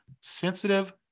Sensitive